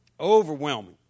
overwhelming